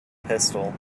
pistol